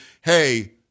hey